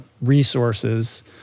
resources